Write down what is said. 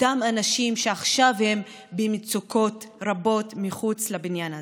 אותם אנשים שעכשיו הם במצוקות רבות מחוץ לבניין הזה,